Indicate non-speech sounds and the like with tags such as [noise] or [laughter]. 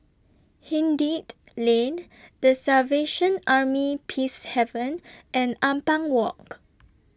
[unintelligible] Lane The Salvation Army Peacehaven and Ampang Walk